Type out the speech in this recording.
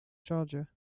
georgia